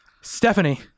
Stephanie